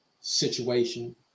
Situation